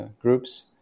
groups